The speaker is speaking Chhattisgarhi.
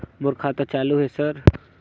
मोर खाता चालु हे सर?